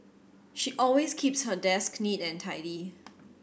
she always keeps her desk neat and tidy